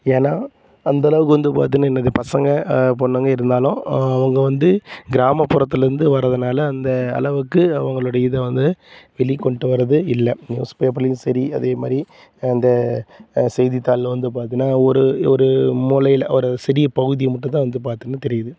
ஏன்னா அந்தளவுக்கு வந்து பார்த்துனா எனக்கு பசங்க பொண்ணுங்க இருந்தாலும் அவங்க வந்து கிராமப்புறத்துலேந்து வர்றதுனால அந்த அளவுக்கு அவங்களோடைய இதை வந்து வெளி கொண்டு வர்றது இல்லை நியூஸ் பேப்பர்லேயும் சரி அதே மாதிரி அந்த செய்தித்தாளில் வந்து பார்த்துனா ஒரு ஒரு முலையில ஒரு சிறிய பகுதியை மட்டுந்தான் வந்து பார்த்துனா தெரியுது